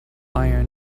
iron